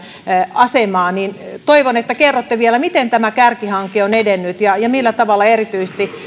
asemaa toivon että kerrotte vielä miten tämä kärkihanke on edennyt ja ja millä tavalla erityisesti